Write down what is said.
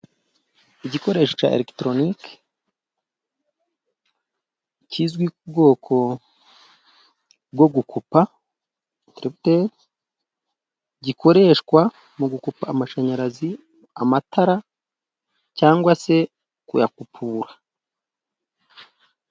Igikoresho cya eregitoronike, kizwi ku bwoko bwo gukupa, terebuteri, gikoreshwa mu gukupa amashanyarazi, amatara, cyangwa se kuyakupura.